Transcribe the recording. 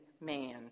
man